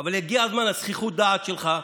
אבל יגיע זמן לזחיחות דעת שלך.